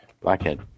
Blackhead